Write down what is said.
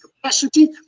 capacity